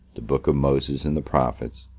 the books of moses and the prophets,